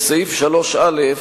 בסעיף 3(א),